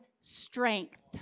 strength